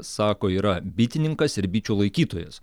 sako yra bitininkas ir bičių laikytojas